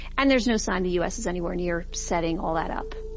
and there's no sign the u s. is anywhere near setting all that up